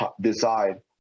decide